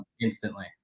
Instantly